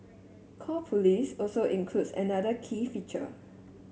call police also includes another key feature